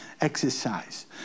exercise